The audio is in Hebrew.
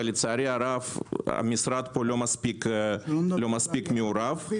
ולצערי הרב המשרד לא מספיק מעורב פה.